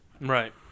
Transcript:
Right